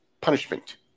punishment